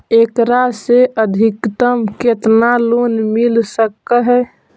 एकरा से अधिकतम केतना लोन मिल सक हइ?